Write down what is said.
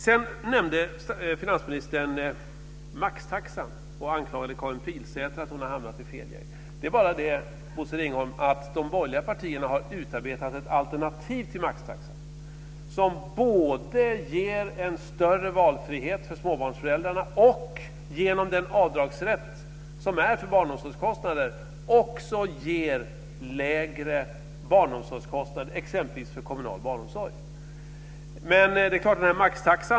Sedan nämnde finansministern maxtaxan och anklagade Karin Pilsäter för att ha hamnat i fel gäng. Det är bara det, Bosse Ringholm, att de borgerliga partierna har utarbetat ett alternativ till maxtaxan som både ger en större valfrihet för småbarnsföräldrarna och genom den avdragsrätt som finns för barnomsorgskostnader lägre barnomsorgskostnader exempelvis för kommunal barnomsorg.